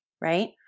right